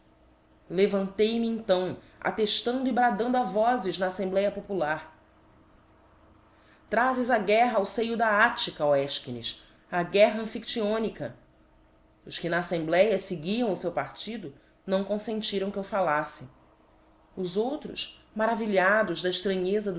levantei-me então atteftando e bradando a vozes na affembléa popular trazes a guerra ao feio da attica ó efchines a guerra amphictyonica os que na affembléa feguiam o feu partido não confentiram que eu fallaíte os outros maravilhados da extranheza